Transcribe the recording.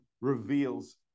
reveals